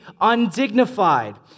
undignified